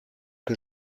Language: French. que